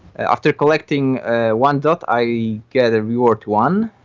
after collecting ah one dot i get a reward one.